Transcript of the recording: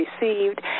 received